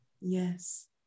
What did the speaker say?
Yes